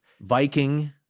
Viking